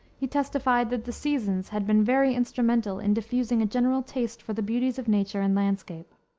he testified that the seasons had been very instrumental in diffusing a general taste for the beauties of nature and landscape.